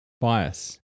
Bias